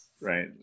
right